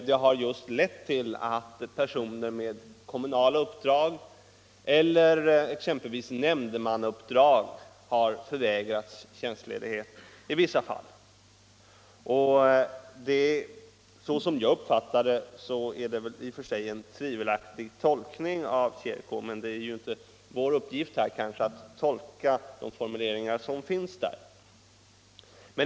Det har lett till att personer med kommunala uppdrag eller exempelvis nämndemannauppdrag har vägrats tjänstledighet i vissa fall. Såsom jag uppfattar det är det i och 169 170 för sig en tvivelaktig tolkning av TjRK, men det är kanske inte vår uppgift att här tolka de formuleringar som finns.